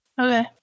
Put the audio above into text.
Okay